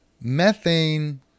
Methane